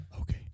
Okay